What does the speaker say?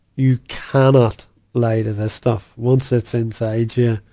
you cannot lie to this stuff. once it's inside yeah